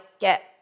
get